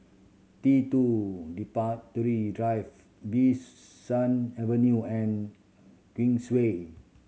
T two Drive Bee San Avenue and Queensway